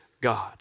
God